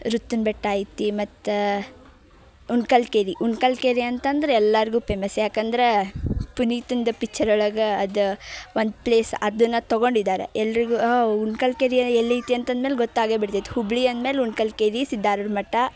ರುತ್ತನ್ ಬೆಟ್ಟ ಐತಿ ಮತ್ತು ಉಣ್ಕಲ್ಕೆರೆ ಉಣ್ಕಲ್ಕೆರೆ ಅಂತಂದ್ರೆ ಎಲ್ಲರ್ಗೂ ಪೇಮಸ್ ಯಾಕಂದ್ರೆ ಪುನೀತಂದು ಪಿಚ್ಚರ್ ಒಳಗೆ ಅದು ಒಂದು ಪ್ಲೇಸ್ ಅದನ್ನು ತಗೊಂಡಿದ್ದಾರೆ ಎಲ್ಲರಿಗೂ ಉಣ್ಕಲ್ಕೆರೆ ಎಲ್ಲೈತಿ ಅಂತಂದ್ಮೇಲೆ ಗೊತ್ತಾಗೇ ಬಿಡ್ತೈತೆ ಹುಬ್ಬಳ್ಳಿ ಅಂದ್ಮೇಲೆ ಉಣ್ಕಲ್ಕೆರೆ ಸಿದ್ಧಾರೂಢಮಠ